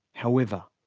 however,